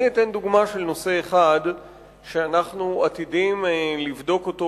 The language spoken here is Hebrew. אני אתן דוגמה של נושא אחד שאנחנו עתידים לבדוק אותו